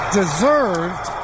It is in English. deserved